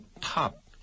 top